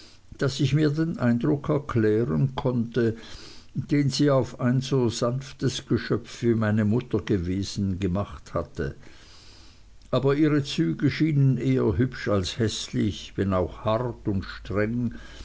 daß ich mir den eindruck erklären konnte den sie auf ein so sanftes geschöpf wie meine mutter gewesen gemacht hatte aber ihre züge schienen eher hübsch als häßlich wenn auch hart und streng